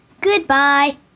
Goodbye